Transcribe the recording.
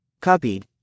Copied